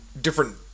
different